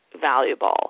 valuable